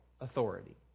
authority